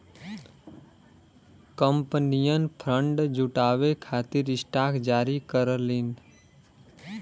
कंपनियन फंड जुटावे खातिर स्टॉक जारी करलीन